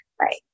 Right